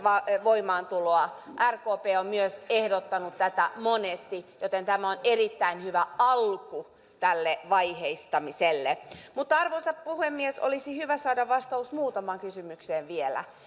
voimaantuloa myös rkp on ehdottanut tätä monesti joten tämä on erittäin hyvä alku tälle vaiheistamiselle mutta arvoisa puhemies olisi hyvä saada vastaus muutamaan kysymykseen vielä